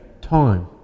time